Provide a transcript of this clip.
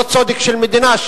לא צדק של מדינה,